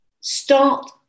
start